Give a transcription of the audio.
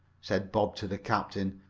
said bob to the captain,